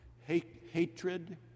hatred